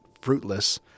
fruitless